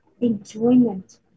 enjoyment